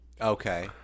Okay